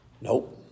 Nope